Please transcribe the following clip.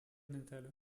natal